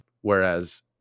Whereas